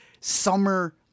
summer